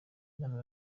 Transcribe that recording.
inama